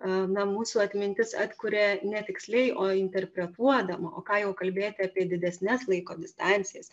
a na mūsų atmintis atkuria ne tiksliai o interpretuodama o ką jau kalbėti apie didesnes laiko distancijas